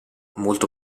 molto